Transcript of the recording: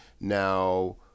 Now